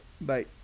Bye